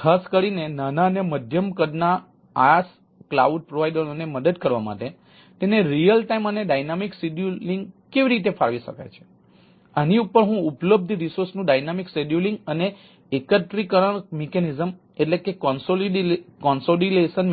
ખાસ કરીને નાના અને મધ્યમ કદના IaaS ક્લાઉડ કરી શકું છું